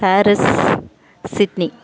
Paris Sydney